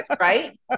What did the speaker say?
right